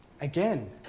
Again